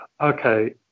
Okay